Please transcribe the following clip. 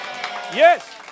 Yes